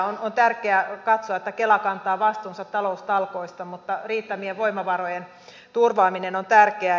on tärkeää katsoa että kela kantaa vastuunsa taloustalkoista mutta riittävien voimavarojen turvaaminen on tärkeää